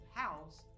house